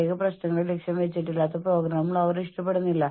പിന്നെ എന്നെ വിശ്വസിക്കൂ നിങ്ങളുടെ തലയിണ പകുതി സമ്മർദ്ദവും ശ്രദ്ധിക്കുന്നു